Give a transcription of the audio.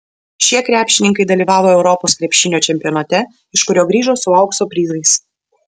šie krepšininkai dalyvavo europos krepšinio čempionate iš kurio grįžo su aukso prizais